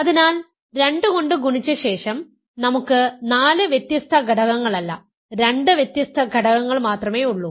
അതിനാൽ 2 കൊണ്ട് ഗുണിച്ച ശേഷം നമുക്ക് 4 വ്യത്യസ്ത ഘടകങ്ങളല്ല 2 വ്യത്യസ്ത ഘടകങ്ങൾ മാത്രമേ ഉള്ളൂ